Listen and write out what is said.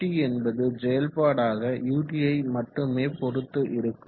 Ft என்பது செயல்பாடாக ut யை மட்டுமே பொறுத்து இருக்கும்